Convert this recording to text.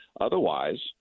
Otherwise